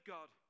God